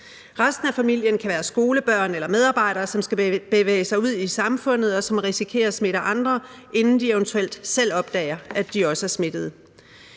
Resten af familien kan være skolebørn eller medarbejdere, som skal bevæge sig ud i samfundet, og som risikerer at smitte andre, inden de eventuelt selv opdager, at de også er smittet.